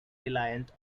reliant